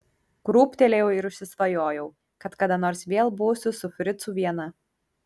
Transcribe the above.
krūptelėjau ir užsisvajojau kad kada nors vėl būsiu su fricu viena